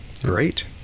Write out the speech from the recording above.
great